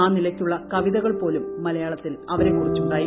ആ നിലയ്ക്കുള്ള കവിതകൾ പോലും മലയാളത്തിൽ അവരെക്കുറിച്ചുണ്ടായി